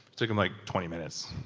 took him like twenty minutes.